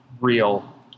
real